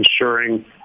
ensuring